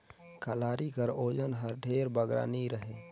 कलारी कर ओजन हर ढेर बगरा नी रहें